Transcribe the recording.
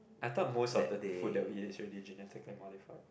I thought most of the food that we eat is already genetical modified